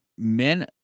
men